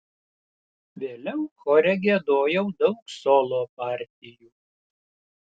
vėliau chore giedojau daug solo partijų